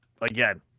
Again